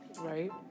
Right